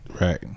right